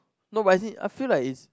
no but as in I feel like it's